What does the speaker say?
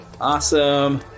Awesome